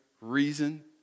reason